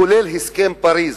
כולל הסכם פריס,